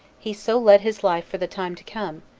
he so led his life for the time to come,